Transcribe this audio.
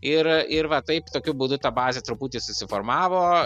ir ir va taip tokiu būdu ta bazė truputį susiformavo